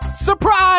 Surprise